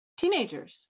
teenagers